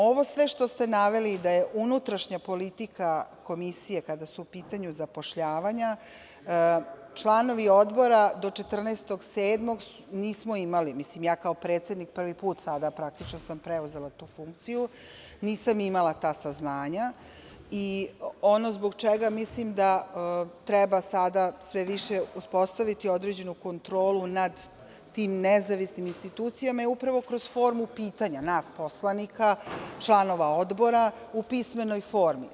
Ovo sve što ste naveli da je unutrašnja politika komisije, kada su u pitanju zapošljavanja, članovi Odbora do 14.07. nismo imali, ja kao predsednik prvi put sada sam preuzela tu funkciju, nisam imala ta saznanja i ono zbog čega mislim da treba sada sve više uspostaviti određenu kontrolu nad tim nezavisnim institucijama je upravo kroz formu pitanja nas poslanika, članova odbora, u pismenoj formi.